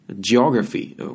Geography